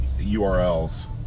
URLs